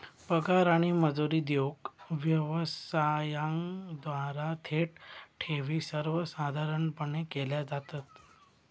पगार आणि मजुरी देऊक व्यवसायांद्वारा थेट ठेवी सर्वसाधारणपणे केल्या जातत